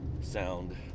sound